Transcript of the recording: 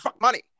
money